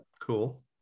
Cool